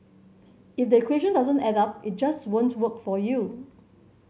if the equation doesn't add up it just won't work for you